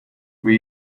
will